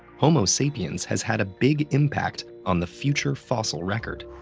homo sapiens has had a big impact on the future fossil record.